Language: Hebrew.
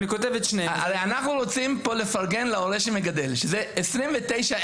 הרי אנחנו רוצים פה לפרגן להורה שמגדל, שזה 95%